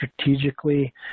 strategically